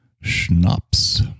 schnapps